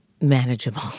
manageable